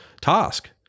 task